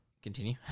Continue